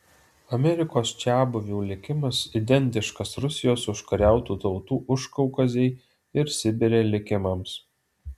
amerikos čiabuvių likimas identiškas rusijos užkariautų tautų užkaukazėj ir sibire likimams